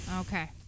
Okay